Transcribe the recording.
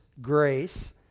grace